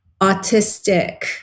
autistic